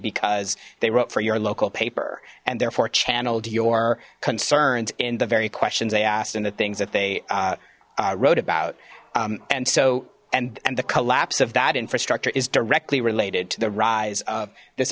because they wrote for your local paper and therefore channelled your concerns in the very questions they asked and the things that they wrote about and so and and the collapse of that infrastructure is directly related to the rise of this